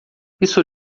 isso